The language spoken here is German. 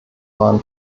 waren